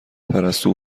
پرستو